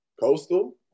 coastal